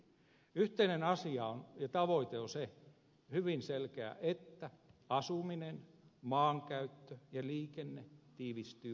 yhteinen asia ja tavoite on hyvin selkeästi se että asuminen maankäyttö ja liikenne tiivistyvät huomattavasti